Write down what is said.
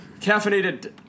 Caffeinated